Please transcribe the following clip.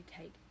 take